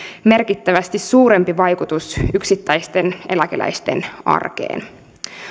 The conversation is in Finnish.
merkittävästi suurempi vaikutus yksittäisten eläkeläisten arkeen